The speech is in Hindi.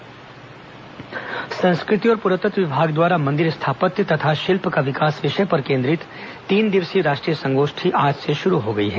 राष्ट्रीय संगोष्ठी संस्कृति और पुरातत्व विभाग द्वारा मंदिर स्थापत्य तथा शिल्प का विकास विषय पर केन्द्रित तीन दिवसीय राष्ट्रीय संगोष्ठी का आज से शुरू हो गई है